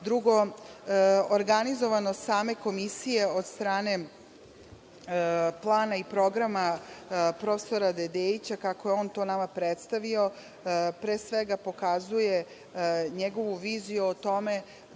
Drugo, organizovanost same Komisije od strane plana i programa prof. Dedeića, kako je on to nama predstavio, pre svega pokazuje njegovu viziju o tome